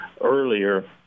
earlier